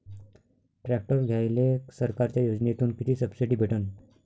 Tractor घ्यायले सरकारच्या योजनेतून किती सबसिडी भेटन?